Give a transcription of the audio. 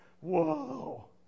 whoa